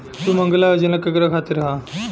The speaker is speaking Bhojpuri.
सुमँगला योजना केकरा खातिर ह?